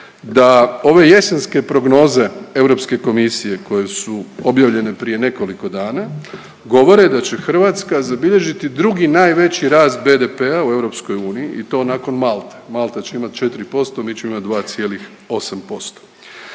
da ove jesenske prognoze Europske komisije koje su objavljene prije nekoliko dana govore da će Hrvatska zabilježiti drugi najveći rast BDP-a u EU i to nakon Malte, Malta će imat 4%, a mi ćemo imat 2,8%.